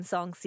Song